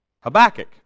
Habakkuk